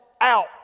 out